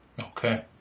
Okay